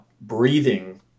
breathing